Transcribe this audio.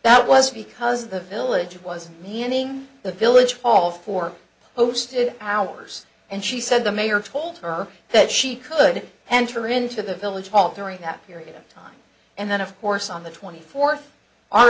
that was because the village was manning the village hall for posted hours and she said the mayor told her that she could enter into the village hall during that period of time and then of course on the twenty fourth